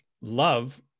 love